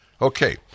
Okay